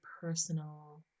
personal